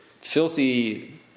filthy